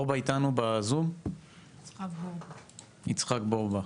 יצחק בורבא